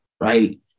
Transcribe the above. right